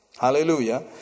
Hallelujah